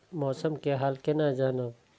मौसम के हाल केना जानब?